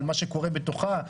על מה שקורה בתוכה,